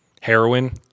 Heroin